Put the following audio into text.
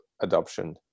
adoption